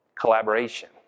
Collaboration